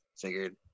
figured